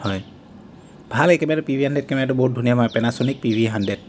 হয় ভাল একেবাৰে পি ভি হাণড্ৰেড কেমেৰাটো বহুত ধুনীয়া তোমাৰ পেনাছনিক পি ভি হাণড্ৰেড